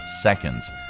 seconds